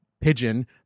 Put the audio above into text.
pigeon